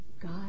God